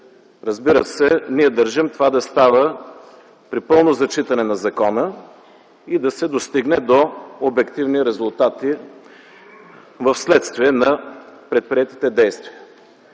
Разбира се, ние държим това да става при пълно зачитане на закона и да се достигне до обективни резултати вследствие на предприетите действия.